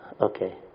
Okay